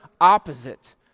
opposite